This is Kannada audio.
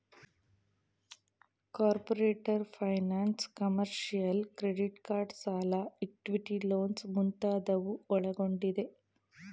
corporate finance, commercial, credit card ಸಾಲ, ಇಕ್ವಿಟಿ ಲೋನ್ಸ್ ಮುಂತಾದವು ಒಳಗೊಂಡಿದೆ